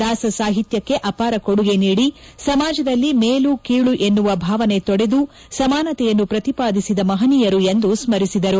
ದಾಸ ಸಾಹಿತ್ವಕ್ಕೆ ಅಪಾರ ಕೊಡುಗೆ ನೀಡಿ ಸಮಾಜದಲ್ಲಿ ಮೇಲು ಕೀಳು ಎನ್ನುವ ಭಾವನೆ ತೊಡೆದು ಸಮಾನತೆಯನ್ನು ಪ್ರತಿಪಾದಿಸಿದ ಮಹನೀಯರು ಎಂದು ಸ್ಥರಿಸಿದರು